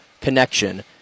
connection